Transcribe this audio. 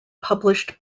published